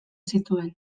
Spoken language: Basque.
zituen